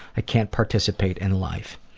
i can't participate in life.